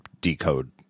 decode